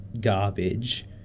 garbage